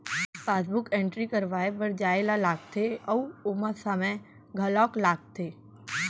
passbook entry करवाए बर जाए ल लागथे अउ ओमा समे घलौक लागथे